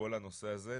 בכל הנושא הזה,